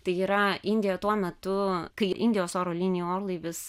tai yra indija tuo metu kai indijos oro linijų orlaivis